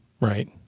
right